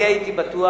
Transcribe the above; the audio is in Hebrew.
אני הייתי בטוח,